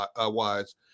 wise